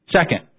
Second